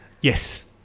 Yes